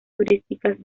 turísticas